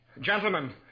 Gentlemen